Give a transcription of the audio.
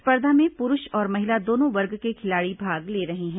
स्पर्धा में पुरूष और महिला दोनों वर्ग के खिलाड़ी भाग ले रहे हैं